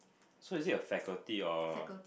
so is it a faculty or